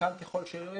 קטן ככל שיהיה,